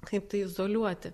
kaip tai izoliuoti